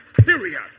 Period